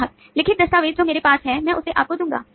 ग्राहक लिखित दस्तावेज जो मेरे पास है मैं उसे आपको दूंगा